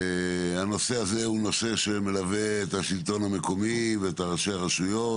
הנושא הזה הוא נושא שמלווה את השלטון המקומי ואת ראשי הרשויות,